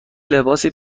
لباسی